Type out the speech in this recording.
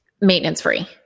maintenance-free